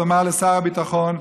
אומר לשר הביטחון,